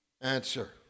answer